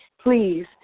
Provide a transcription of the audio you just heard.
Please